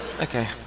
Okay